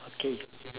okay